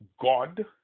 God